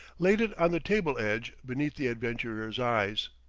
laid it on the table-edge beneath the adventurer's eyes.